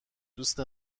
دوست